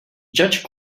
judge